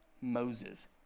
Moses